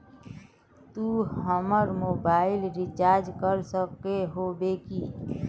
तू हमर mobile recharge कर सके होबे की?